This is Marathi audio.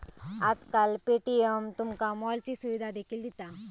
आजकाल पे.टी.एम तुमका मॉलची सुविधा देखील दिता